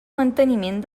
manteniment